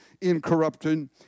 incorruption